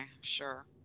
Sure